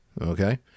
Okay